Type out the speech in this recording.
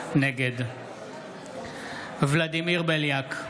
נגד ולדימיר בליאק,